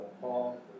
Paul